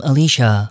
Alicia